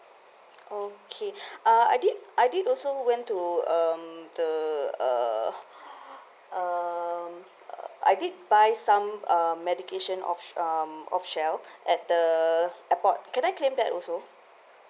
okay uh I did I did also went to um the uh um I did buy some uh medication off um off shelf at the airport can I claim that also